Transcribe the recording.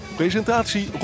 presentatie